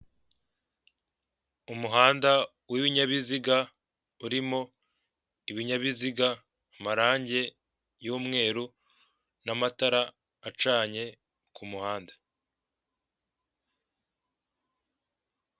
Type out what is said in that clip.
Umuhanda w'ibinyabiziga urimo ibinyabiziga, amarange y'umweru n'amatara acanye ku muhanda.